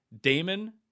Damon